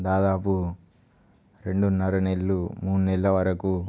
దాదాపు రెండున్నర నెలలు మూడు నెలల వరకు